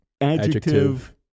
Adjective